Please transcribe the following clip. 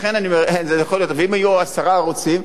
ואם יהיו עשרה ערוצים,